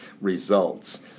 results